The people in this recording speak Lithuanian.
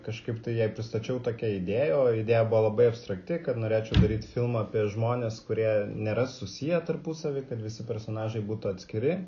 kažkaip tai jai pristačiau tokią idėją o idėja buvo labai abstrakti kad norėčiau daryti filmą apie žmones kurie nėra susiję tarpusavy kad visi personažai būtų atskiri